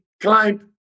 climb